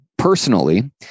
personally